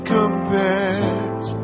compares